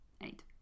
Eight